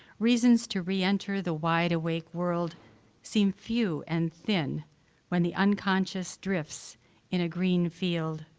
reasons to re-enter the wide awake world seem few and thin when the unconscious drifts in a green field,